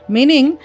Meaning